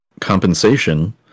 compensation